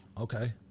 Okay